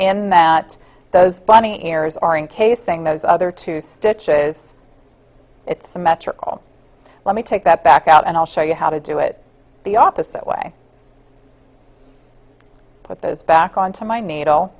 in that those bunny ears are in casing those other two stitches it's symmetrical let me take that back out and i'll show you how to do it the opposite way put those back onto my needle